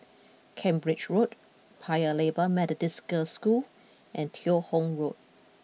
Cambridge Road Paya Lebar Methodist Girls' School and Teo Hong Road